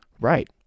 right